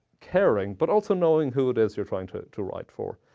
caring, but also knowing who it is you're trying to to write for.